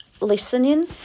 listening